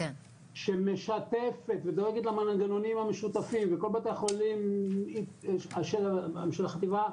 שמשתפת ודואגת למנגנונים המשותפים וכל בית החולים של החטיבה,